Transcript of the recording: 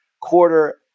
quarter